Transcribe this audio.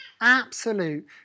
absolute